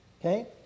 Okay